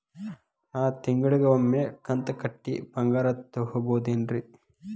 ನಾ ತಿಂಗಳಿಗ ಒಮ್ಮೆ ಕಂತ ಕಟ್ಟಿ ಬಂಗಾರ ತಗೋಬಹುದೇನ್ರಿ?